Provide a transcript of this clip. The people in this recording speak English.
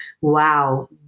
wow